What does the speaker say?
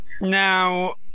Now